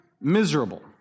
miserable